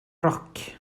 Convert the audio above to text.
roc